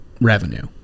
revenue